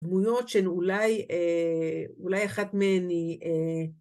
דמויות שהן אולי, אולי אחת מהן היא...